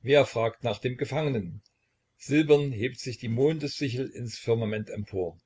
wer fragt nach dem gefangenen silbern hebt sich die mondessichel ins firmament empor